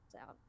out